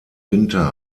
winter